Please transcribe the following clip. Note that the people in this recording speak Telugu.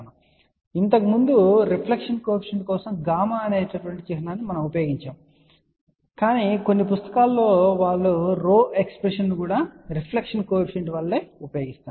నేను ఇంతకు ముందు రిఫ్లెక్షన్ కోఎఫిషియంట్ కోసం గామా అనే చిహ్నాన్ని ఉపయోగించానని ఇక్కడ ప్రస్తావించాలనుకుంటున్నాను కాని కొన్ని పుస్తకాలలో వారు రో ఎక్స్ప్రెషన్ ను రిఫ్లెక్షన్ కోఎఫిషియంట్ వలె ఉపయోగిస్తారు